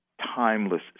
timeless